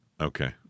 Okay